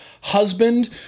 husband